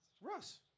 Russ